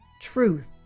truth